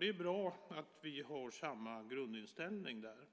Det är bra att vi har samma grundinställning där.